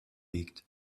wiegt